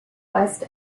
west